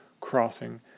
crossing